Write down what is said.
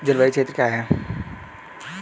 जलवायु क्षेत्र क्या है?